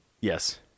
Yes